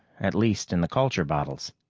at least in the culture bottles.